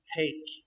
take